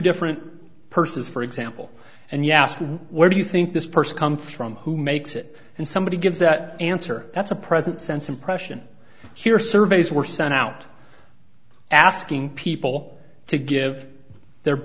different persons for example and you ask where do you think this person comes from who makes it and somebody gives that answer that's a present sense impression here surveys were sent out asking people to give their